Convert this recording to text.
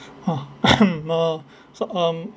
ah uh so um